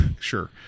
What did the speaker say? Sure